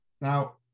Now